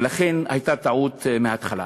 ולכן הייתה טעות מההתחלה.